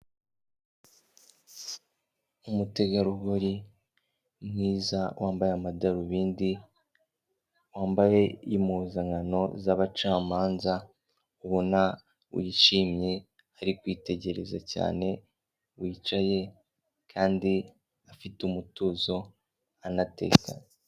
Umutegarugori mwiza wambaye amadarubindi, wambaye impuzankano z'abacamanza, ubona wishimye ari kwitegereza cyane, wicaye kandi afite umutuzo anatekanye.